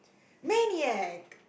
maniac